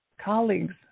colleagues